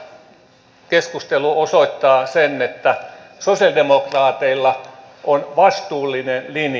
tämä keskustelu osoittaa sen että sosialidemokraateilla on vastuullinen linja